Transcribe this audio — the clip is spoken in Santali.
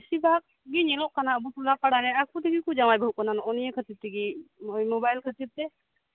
ᱵᱮᱥᱤᱨ ᱵᱷᱟᱜ ᱜᱮ ᱧᱮᱞᱚᱜ ᱠᱟᱱᱟ ᱟᱵᱚ ᱴᱚᱞᱟ ᱯᱟᱲᱟ ᱨᱮ ᱟᱠᱚ ᱛᱮᱜᱮᱠᱚ ᱡᱟᱶᱟᱭ ᱵᱟᱹᱦᱩᱜ ᱠᱟᱱᱟ ᱱᱚᱜᱼᱚᱭ ᱱᱤᱭᱟᱹ ᱠᱷᱟᱹᱛᱤᱨ ᱛᱮᱜᱮ ᱱᱚᱜᱼᱚᱭ ᱢᱳᱵᱟᱭᱤᱞ ᱠᱷᱟᱛᱤᱨ ᱛᱮ